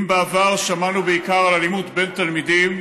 אם בעבר שמענו בעיקר על אלימות בין תלמידים,